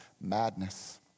madness